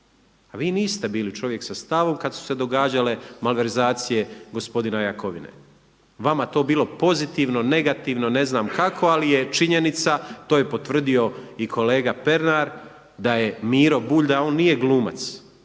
A vi niste bili čovjek sa stavom kada su se događale malverzacije gospodina Jakovine. Vama to bilo pozitivno, negativno, ne znam kako, ali je činjenica to je potvrdio i kolega Pernar da je Miro Bulj da on nije glumac.